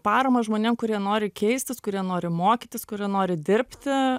paramą žmonėm kurie nori keistis kurie nori mokytis kurie nori dirbti